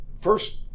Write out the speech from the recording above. first